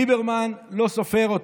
ליברמן לא סופר אותו,